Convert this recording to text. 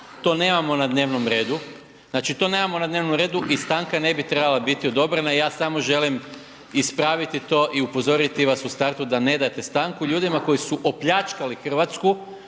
to nemamo na dnevnom redu, znači to nemamo na dnevnom redu i stanka ne bi trebala biti odobrena, ja samo želim ispraviti to i upozoriti vas u startu da ne date stanku ljudima koji su opljačkali Hrvatsku